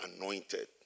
anointed